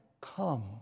come